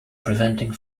preventing